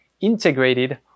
integrated